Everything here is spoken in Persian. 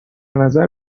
نظر